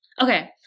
Okay